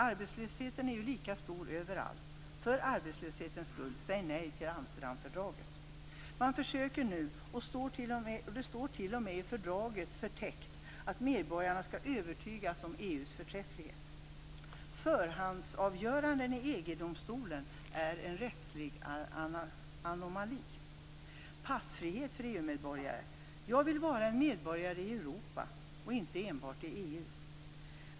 Arbetslösheten är ju lika stor överallt. För arbetslöshetens skull, säg nej till Amsterdamfördraget! Man försöker nu, och det står t.o.m. i fördraget - förtäckt - att medborgarna skall övertygas om EU:s förträfflighet. Förhandsavgöranden i EG-domstolen är en rättslig anomali. När det gäller passfrihet för EU-medborgare vill jag vara en medborgare i Europa, inte enbart i EU.